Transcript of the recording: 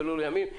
כולל ימים,